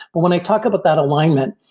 but when i talk about that alignment,